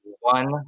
one